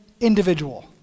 individual